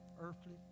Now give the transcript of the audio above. earthly